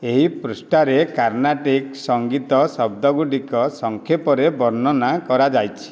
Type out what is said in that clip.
ଏହି ପୃଷ୍ଠାରେ କର୍ଣ୍ଣାଟିକ ସଂଗୀତ ଶବ୍ଦଗୁଡ଼ିକ ସଂକ୍ଷେପରେ ବର୍ଣ୍ଣନା କରାଯାଇଛି